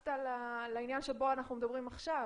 שהתייחסת לעניין שבו אנחנו מדברים עכשיו,